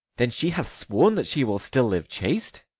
then she hath sworn that she will still live chaste?